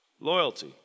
Loyalty